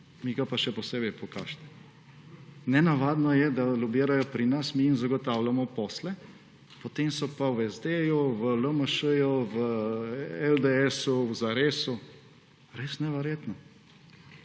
mi ga pa še posebej pokažite. Nenavadno je, da lobirajo pri nas, mi jim zagotavljamo posle, potem so pa v SD, v LMŠ, v LDS, v Zaresu. Res neverjetno!